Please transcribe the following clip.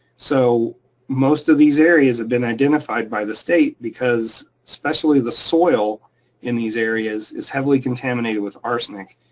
so most of these areas have been identified by the state because especially the soil in these areas is heavily contaminated with arsenic,